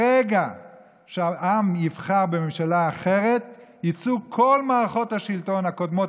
ברגע שהעם יבחר בממשלה אחרת יצאו כל מערכות השלטון הקודמות,